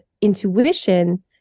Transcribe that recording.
intuition